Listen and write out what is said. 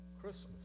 Christmas